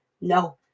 No